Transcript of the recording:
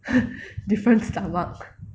different stomach